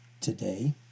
today